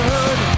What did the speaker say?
Hood